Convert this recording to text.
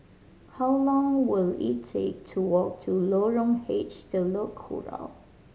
how long will it take to walk to Lorong H Telok Kurau